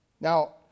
Now